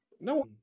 no